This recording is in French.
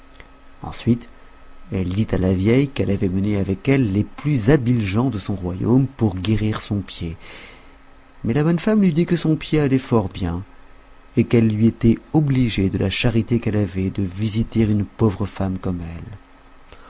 ensuite elle dit à la vieille qu'elle avait emmené avec elle les plus habiles gens de son royaume pour guérir son pied mais la bonne femme lui dit que son pied allait fort bien et qu'elle lui était obligée de la charité qu'elle avait de visiter une pauvre femme comme elle